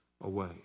away